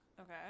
okay